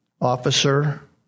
officer